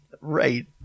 Right